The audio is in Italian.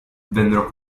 vennero